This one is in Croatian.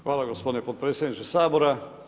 Hvala gospodine potpredsjedniče Sabora.